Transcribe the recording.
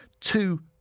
Two